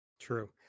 True